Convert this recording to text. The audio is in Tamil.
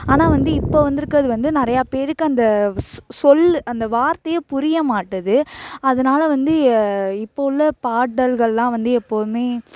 ஆனால் வந்து இப்போது வந்திருக்கறது வந்து நிறையா பேருக்கு அந்த ஸ் சொல் அந்த வார்த்தையே புரியமாட்டேது அதனால வந்து இப்போ உள்ள பாடல்களெலாம் வந்து எப்பவுமே